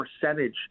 percentage